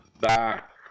back